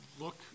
look